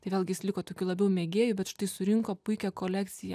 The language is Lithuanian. tai vėlgi jis liko tokiu labiau mėgėju bet štai surinko puikią kolekciją